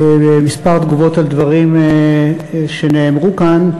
כמה תגובות על דברים שנאמרו כאן.